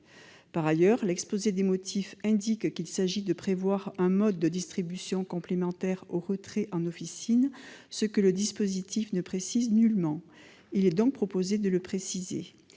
Par ailleurs, l'exposé des motifs indique qu'il s'agit de prévoir un mode de distribution complémentaire au retrait en officine, ce que le dispositif ne précise nullement. Il est donc proposé d'effectuer